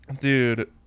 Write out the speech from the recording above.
Dude